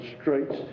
streets